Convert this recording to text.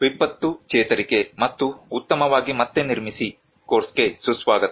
ವಿಪತ್ತು ಚೇತರಿಕೆ ಮತ್ತು ಉತ್ತಮವಾಗಿ ಮತ್ತೆ ನಿರ್ಮಿಸಿ ಕೋರ್ಸ್ಗೆ ಸುಸ್ವಾಗತ